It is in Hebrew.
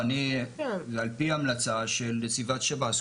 על פי המלצה של נציבת שב"ס.